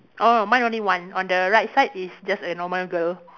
orh mine only one on the right side is just a normal girl